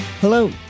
Hello